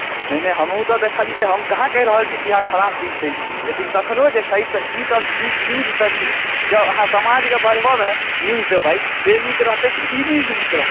नहि नहि हमहूँ तऽ देखलियै हम कहाँ कहि रहल छी जे अहाँ खराब चीज दैत छियै लेकिन तखनो जे छै ईसभ न्यूज न्यूजसँ नीक जँ अहाँ समाजके बढ़बयमे न्यूज देबै से नीक रहतै कि ई न्यूज नीक रहतै